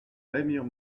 remire